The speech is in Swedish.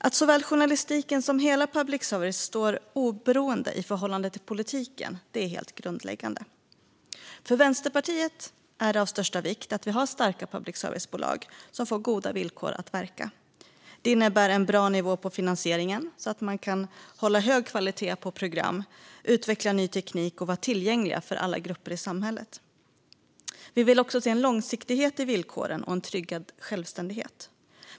Att såväl journalistiken som hela public service står oberoende i förhållande till politiken är helt grundläggande. För Vänsterpartiet är det av största vikt att vi har starka public service-bolag, som får goda villkor att verka. Det innebär en bra nivå på finansieringen så att man kan hålla hög kvalitet på program, utveckla ny teknik och vara tillgänglig för alla grupper i samhället. Vi vill också se långsiktighet i villkoren och tryggad självständighet.